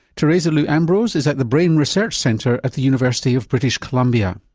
teresa liu-ambrose is at the brain research centre at the university of british columbia.